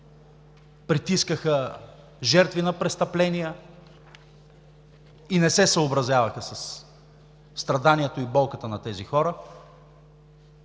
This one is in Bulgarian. притиснаха жертви на престъпления и не се съобразяваха със страданията и болката на тези хора.